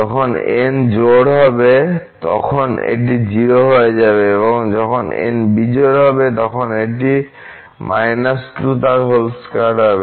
যখন n জোড় হবে তখন এটি 0 হয়ে যাবে এবং যখন বিজোড় হবে তখন এটি বিয়োগ 2 হবে